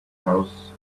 house